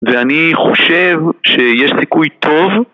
ואני חושב שיש סיכוי טוב